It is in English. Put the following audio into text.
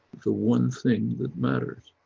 the one thing that matters,